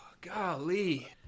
golly